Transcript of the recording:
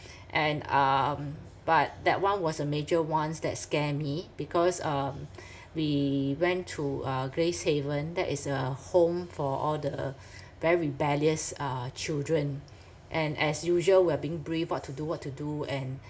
and um but that one was a major ones that scare me because um we went to uh gracehaven that is a home for all the very rebellious uh children and as usual we are being briefed what to do what to do and